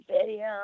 video